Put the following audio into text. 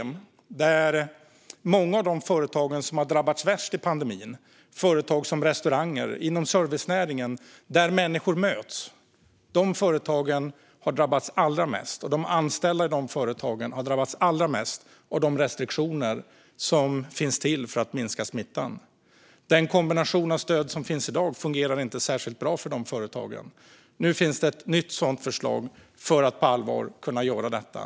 Många av de företag som har drabbats värst i pandemin är företag som restauranger och annat inom servicenäringen och alltså företag där människor möts, och de anställda i de företagen har drabbats allra mest av de restriktioner som finns till för att minska smittan. Den kombination av stöd som finns i dag fungerar inte särskilt bra för de företagen. Nu finns det ett nytt förslag för att på allvar kunna stödja de företagen.